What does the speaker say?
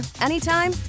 anytime